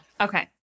Okay